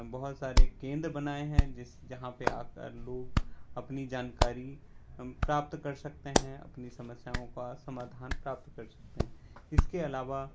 बहुत सारे केंद्र बनाए हैं जिस जहाँ पर आ कर लोग अपनी जानकारी हम प्राप्त कर सकते हैं अपनी समस्याओं का समाधान प्राप्त कर सकते हैं इसके अलावा